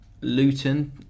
Luton